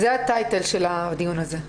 זה הטייטל של הדיון הזה.